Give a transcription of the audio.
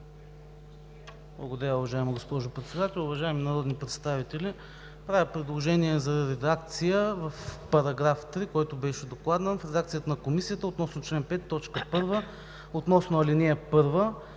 Благодаря, уважаема госпожо Председател. Уважаеми народни представители, правя предложение за редакция в § 3, който беше докладван, в редакцията на Комисията относно чл. 5, т. 1 относно ал. 1,